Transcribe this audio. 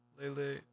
lele